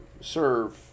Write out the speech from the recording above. serve